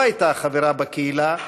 העובדה שלא הייתה חברת הקהילה,